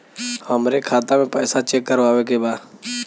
हमरे खाता मे पैसा चेक करवावे के बा?